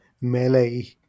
melee